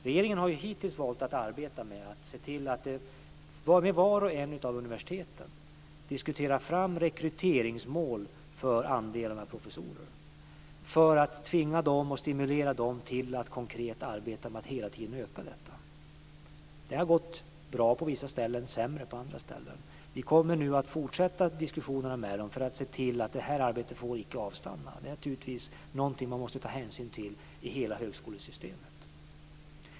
Regeringen har ju hittills valt att arbeta med att se till att man vid varje universitet diskuterar fram rekryteringsmål för andelen professorer för att tvinga dem och stimulera dem till att konkret arbeta med att hela tiden öka denna andel. Det har gått bra på vissa ställen och sämre på andra ställen. Vi kommer nu att fortsätta diskussionerna med dem för att se till att detta arbete inte får avstanna. Det är naturligtvis någonting som man måste ta hänsyn till i hela högskolesystemet.